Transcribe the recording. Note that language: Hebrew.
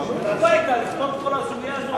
שמטרתו היתה לפתור את כל הסוגיה הזו.